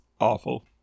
Awful